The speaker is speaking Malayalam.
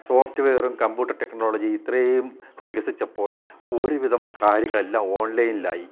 സോഫ്റ്റ്വെയറും കമ്പ്യൂട്ടർ ടെക്നോളജി ഇത്രയും വികസിച്ചപ്പോൾ ഒരുവിധം കാര്യങ്ങളെല്ലാം ഓൺലൈനിലായി